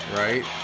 right